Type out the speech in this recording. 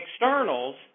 externals